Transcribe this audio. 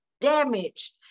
damage